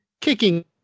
kicking